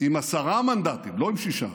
עם עשרה מנדטים, לא עם שישה,